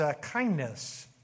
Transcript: kindness